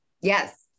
Yes